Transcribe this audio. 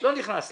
לא נכנס לזה.